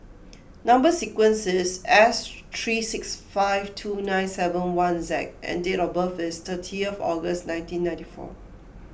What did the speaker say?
Number Sequence is S three six five two nine seven one Z and date of birth is thirtieth August nineteen ninety four